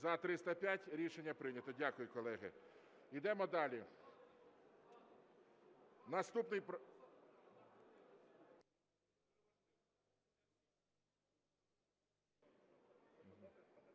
За-305 Рішення прийнято. Дякую, колеги. Йдемо далі, наступний...